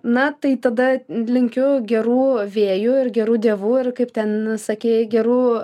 na tai tada linkiu gerų vėjų ir gerų dievų ir kaip ten sakei gerų